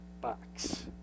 box